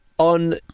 On